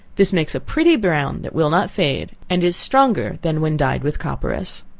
this makes a pretty brown that will not fade, and is stronger than when dyed with copperas.